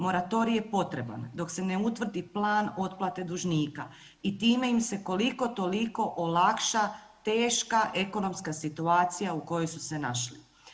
Moratorij je potreban dok se ne utvrdi plan otplate dužnika i time im se, koliko toliko olakša teška ekonomska situacija u kojoj su se našli.